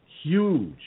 Huge